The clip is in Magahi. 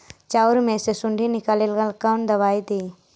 चाउर में से सुंडी निकले ला कौन दवाई दी?